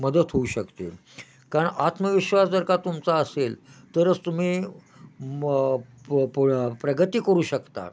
मदत होऊ शकते कारण आत्मविश्वास जर का तुमचा असेल तरच तुम्ही म प प प्रगती करू शकता